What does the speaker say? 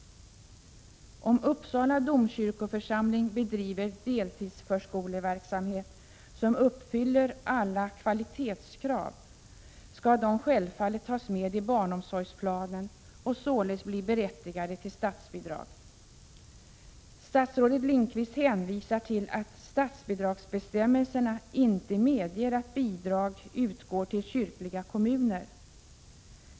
Om Uppsala domkyrkoförsamling bedriver deltidsförskoleverksamhet som uppfyller alla kvalitetskrav skall denna självfallet tas med i barnomsorgsplanen och således bli berättigad till statsbidrag. Statsrådet Lindqvist hänvisar till att statsbidragsbestämmelserna inte medger att bidrag utgår till kyrkliga kommuner.